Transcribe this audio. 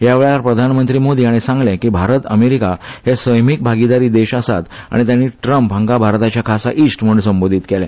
ह्या वेळार प्रधानमंत्री मोदी हाणी सांगले की भारत अमेरीका हे समविचारी देश आसात आनी ताणी ट्रम्प हांका भारताचे खासा इश्ट म्हण संबोधित केले